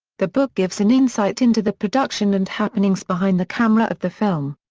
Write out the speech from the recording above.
the book gives an insight into the production and happenings behind the camera of the film.